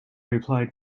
replied